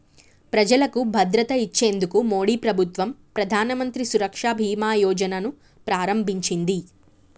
ప్రజలకు భద్రత ఇచ్చేందుకు మోడీ ప్రభుత్వం ప్రధానమంత్రి సురక్ష బీమా యోజన ను ప్రారంభించింది